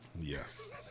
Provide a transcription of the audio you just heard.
Yes